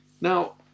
Now